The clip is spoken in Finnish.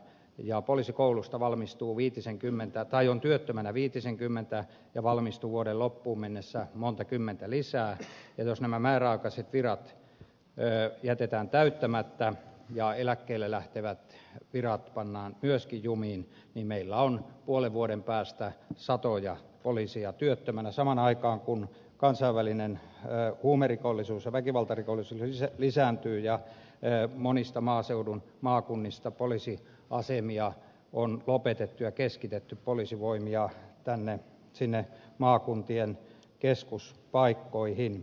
ja poliisikoulusta valmistuneita on työttöminä viitisenkymmentä ja valmistuu vuoden loppuun mennessä monta kymmentä lisää ja jos nämä määräaikaiset virat jätetään täyttämättä ja eläkkeelle lähtevien virat pannaan myöskin jumiin niin meillä on puolen vuoden päästä satoja poliiseja työttömänä samaan aikaan kun kansainvälinen huumerikollisuus ja väkivaltarikollisuus lisääntyvät ja monista maaseudun maakunnista poliisiasemia on lopetettu ja keskitetty poliisivoimia sinne maakuntien keskuspaikkoihin